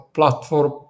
platform